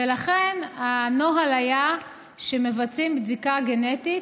אילו על המחלה שמביאה את המספר הגדול